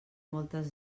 moltes